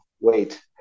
Wait